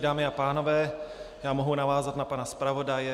Dámy a pánové, já mohu navázat na pana zpravodaje.